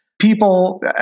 people